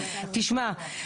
תשמע,